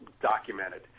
documented